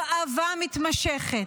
הרעבה מתמשכת,